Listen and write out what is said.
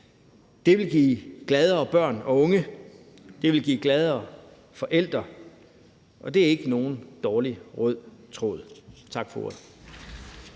Det ville give gladere børn og unge, det ville give gladere forældre, og det er ikke nogen dårlig rød tråd. Tak for ordet.